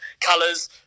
colors